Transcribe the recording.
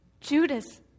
Judas